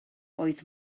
oedd